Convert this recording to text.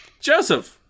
Joseph